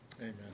Amen